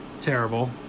terrible